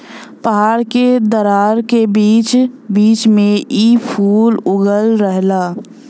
पहाड़ के दरार के बीच बीच में इ फूल उगल रहेला